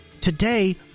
today